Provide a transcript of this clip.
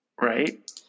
Right